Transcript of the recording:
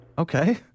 Okay